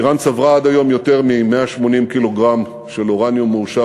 איראן צברה עד היום יותר מ-180 קילוגרם של אורניום מועשר